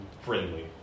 friendly